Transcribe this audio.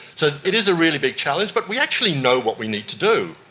so it is a really big challenge, but we actually know what we need to do.